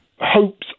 hopes